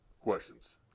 Questions